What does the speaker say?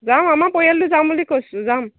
যাম আমাৰ পৰিয়ালটো যাম বুলি কৈছোঁ যাম